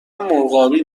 مرغابی